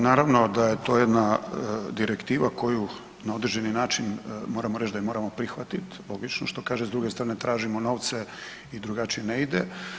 Naravno da je to jedna direktiva koju na određeni način moramo reć da je moramo prihvatit, logično, što kaže s druge strane tražimo novce i drugačije ne ide.